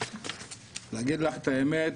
ולהגיד לך את האמת,